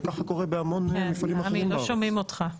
וככה קורה בהמון מפעלים אחרים בארץ.